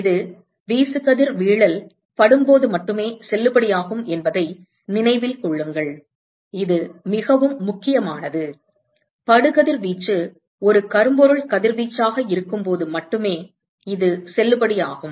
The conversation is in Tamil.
இது வீசுகதிர்வீழல் படும் போது மட்டுமே செல்லுபடியாகும் என்பதை நினைவில் கொள்ளுங்கள் இது மிகவும் முக்கியமானது படு கதிர்வீச்சு ஒரு கரும்பொருள் கதிர்வீச்சாக இருக்கும்போது மட்டுமே இது செல்லுபடியாகும்